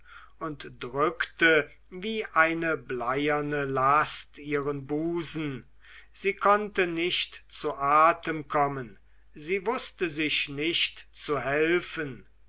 und drückte wie eine bleierne last ihren busen sie konnte nicht zu atem kommen sie wußte sich nicht zu helfen